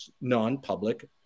non-public